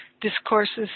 discourses